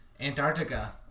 Antarctica